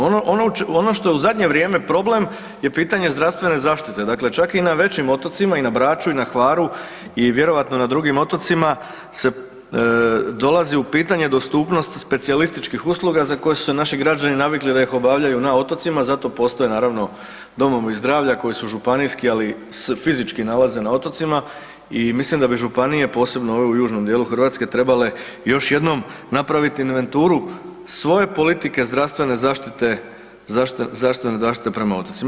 Ono što je u zadnje vrijeme problem je pitanje zdravstvene zaštite, dakle čak i na većim otocima i na Braču i na Hvaru i vjerojatno i na drugim otocima se dolazi u pitanje dostupnost specijalističkih usluga za koje su se naši građani navikli da ih obavljaju na otocima, zato postoje naravno domovi zdravlja koji su županijski ali se fizički nalaze na otocima i mislim da bi Županije, posebno ove u južnom dijelu Hrvatske trebale još jednom napraviti inventuru svoje politike zdravstvene zaštite prema otocima.